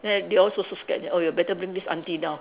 then they all so so scared oh you better bring this aunty down